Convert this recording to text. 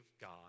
God